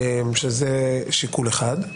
שזה שיקול אחד.